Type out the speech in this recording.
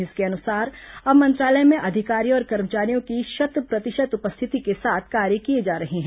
इसके अनुसार अब मंत्रालय में अधिकारियों और कर्मचारियों की शत प्रतिशत उपस्थिति के साथ कार्य किए जा रहे हैं